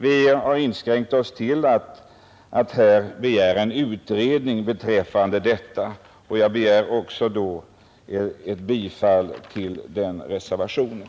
Vi har inskränkt oss till att hemställa om en utredning beträffande detta. Jag yrkar bifall också till den reservationen.